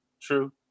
true